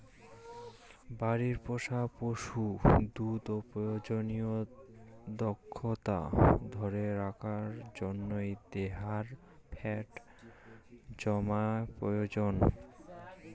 বাড়িত পোষা পশুর দুধ ও প্রজনন দক্ষতা ধরি রাখার জইন্যে দেহার ফ্যাট জমা প্রয়োজনীয়